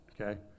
Okay